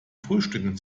frühstücken